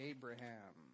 Abraham